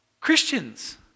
Christians